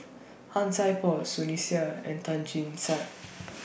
Han Sai Por Sunny Sia and Tan Chin